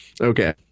Okay